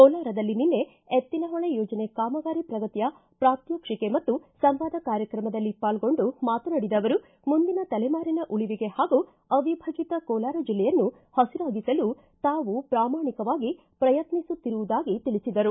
ಕೋಲಾರದಲ್ಲಿ ನಿನ್ನೆ ಎತ್ತಿನಹೊಳೆ ಯೋಜನೆ ಕಾಮಗಾರಿ ಪ್ರಗತಿಯ ಪ್ರಾತ್ವಕ್ಷಿಕೆ ಮತ್ತು ಸಂವಾದ ಕಾರ್ಯಕ್ರಮದಲ್ಲಿ ಪಾಲ್ಗೊಂಡು ಮಾತನಾಡಿದ ಅವರು ಮುಂದಿನ ತಲೆಮಾರಿನ ಉಳಿವಿಗೆ ಹಾಗೂ ಅವಿಭಜಿತ ಕೋಲಾರ ಜಿಲ್ಲೆಯನ್ನು ಹಸಿರಾಗಿಸಲು ತಾವು ಪ್ರಾಮಾಣಿಕವಾಗಿ ಪ್ರಯತ್ನಿಸುತ್ತಿರುವುದಾಗಿ ತಿಳಿಸಿದರು